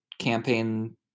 campaign